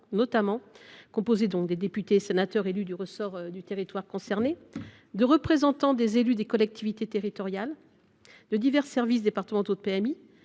notamment composé des députés et sénateurs élus dans le ressort du territoire concerné, de représentants des élus des collectivités territoriales, des services départementaux de